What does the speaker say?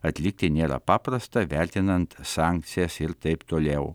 atlikti nėra paprasta vertinant sankcijas ir taip toliau